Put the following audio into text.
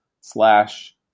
slash